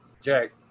Jack